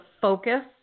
focus